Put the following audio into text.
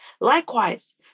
Likewise